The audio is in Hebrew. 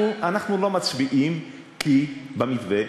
אנחנו לא מצביעים במתווה,